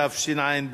התשע"ב